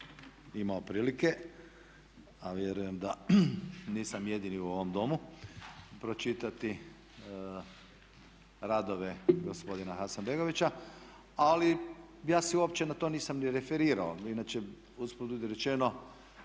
imao prilike, a vjerujem da nisam jedini u ovom Domu, pročitati radove gospodina Hasanbegovića ali ja se uopće na to nisam ni referirao. Inače usput budi rečeno